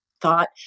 thought